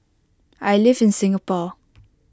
I live in Singapore